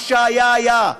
מה שהיה היה,